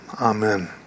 Amen